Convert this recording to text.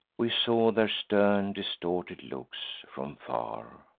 we saw their stern distorted looks, from far,